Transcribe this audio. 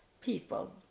people